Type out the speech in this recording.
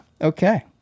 Okay